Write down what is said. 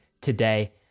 today